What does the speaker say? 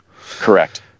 correct